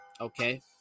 okay